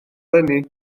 eleni